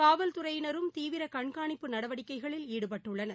காவல் துறையினரும் தீவிர கண்காணிப்பு நடவடிக்கைளில் ஈடுபட்டுள்ளனர்